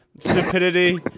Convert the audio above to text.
stupidity